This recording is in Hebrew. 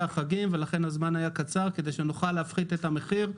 החגים ולכן הזמן היה קצר כדי שנוכל להפחית את המחיר.